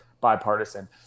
bipartisan